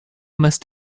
must